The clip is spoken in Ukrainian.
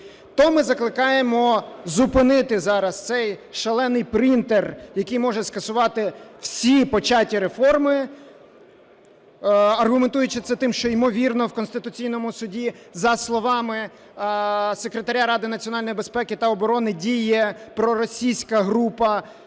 То ми закликаємо зупинити зараз цей шалений принтер, який може скасувати всі початі реформи, аргументуючи це тим, що, ймовірно, в Конституційному Суді, за словами Секретаря Ради національної безпеки та оборони, діє проросійська група,